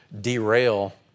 derail